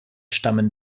stammen